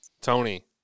Tony